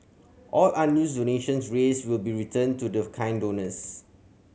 all unused donations raised will be returned to the kind donors